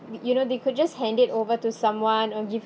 you know they could just hand it over to someone or give